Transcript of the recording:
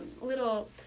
little